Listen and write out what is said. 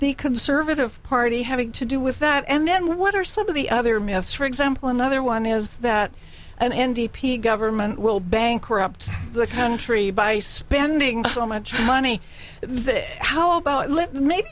the conservative party having to do with that and then what are some of the other myths for example another one is that an n d p government will bankrupt the country by spending so much money that it how about